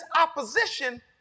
opposition